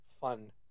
fun